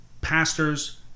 pastors